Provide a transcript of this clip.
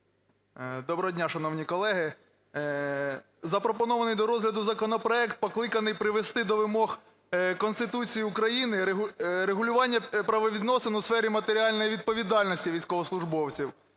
Доброго дня, шановні колеги! Запропонований до розгляду законопроект покликаний привести до вимог Конституції України регулювання правовідносин у сфері матеріальної відповідальності військовослужбовців.